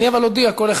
אבל אני אודיע: כל אחד,